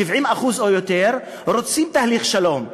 70% או יותר רוצים תהליך שלום,